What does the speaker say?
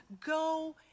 go